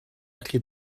allu